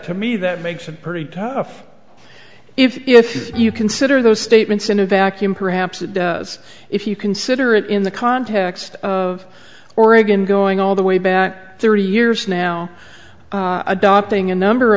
to me that makes it pretty tough if you consider those statements in a vacuum perhaps it does if you consider it in the context of oregon going all the way back thirty years now adopting a number